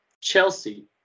Chelsea